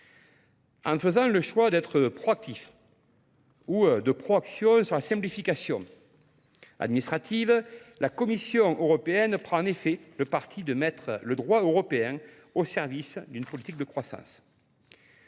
En faisant le choix d'être proactif ou de proaction sur la simplification, Administrative, la Commission européenne prend en effet le parti de mettre le droit européen au service d'une politique de croissance.